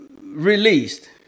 released